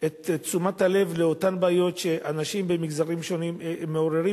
את תשומת הלב לאותן בעיות שאנשים ממגזרים שונים מעוררים,